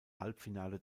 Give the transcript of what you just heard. halbfinale